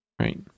Right